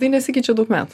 tai nesikeičia daug metų